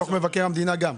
וגם בדוח מבקר המדינה?